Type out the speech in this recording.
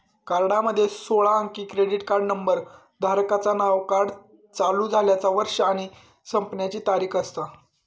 कार्डामध्ये सोळा अंकी क्रेडिट कार्ड नंबर, धारकाचा नाव, कार्ड चालू झाल्याचा वर्ष आणि संपण्याची तारीख असता